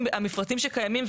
אלה המפרטים שקיימים,